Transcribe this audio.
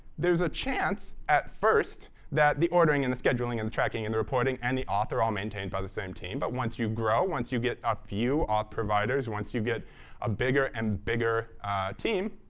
there's a chance at first that the ordering and the scheduling and the tracking and the reporting and the auth are all maintained by the same team, but once you grow, once you get a few auth providers, once you get a bigger and bigger team,